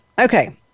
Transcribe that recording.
Okay